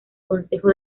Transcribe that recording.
consejo